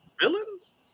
villains